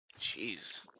Jeez